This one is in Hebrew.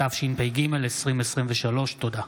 התשפ"ג 2023. תודה.